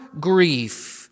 grief